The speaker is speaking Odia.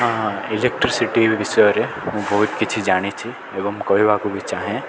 ହଁ ଇଲେକ୍ଟ୍ରିସିଟି ବିଷୟରେ ମୁଁ ବହୁତ କିଛି ଜାଣିଛି ଏବଂ କହିବାକୁ ବି ଚାହେଁ